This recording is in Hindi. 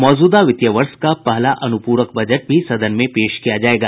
मौजूदा वित्तीय वर्ष का पहला अनुपूरक बजट भी सदन में पेश किया जायेगा